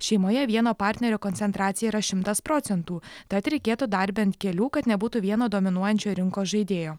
šeimoje vieno partnerio koncentracija yra šimtas procentų tad reikėtų dar bent kelių kad nebūtų vieno dominuojančio rinkos žaidėjo